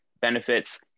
benefits